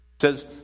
says